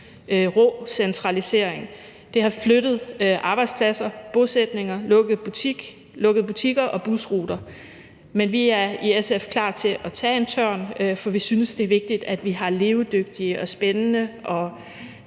rå centralisering; det har flyttet arbejdspladser, bosætninger, lukket butikker og busruter. Men vi er i SF klar til at tage en tørn, for vi synes, det er vigtigt, at vi har levedygtige og spændende